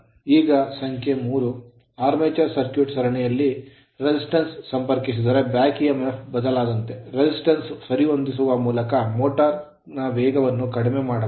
ಈಗ ಸಂಖ್ಯೆ 3 Armature circuit armature circuit ಸರಣಿಯಲ್ಲಿ resistance ಪ್ರತಿರೋಧವನ್ನು ಸಂಪರ್ಕಿಸಿದರೆ back emf ಬ್ಯಾಕ್ ಎಮ್ಫ್ ಬದಲಾದಂತೆ resistance ಪ್ರತಿರೋಧವನ್ನು ಸರಿಹೊಂದಿಸುವ ಮೂಲಕ motor ಮೋಟರ್ ನ ವೇಗವನ್ನು ಕಡಿಮೆ ಮಾಡಬಹುದು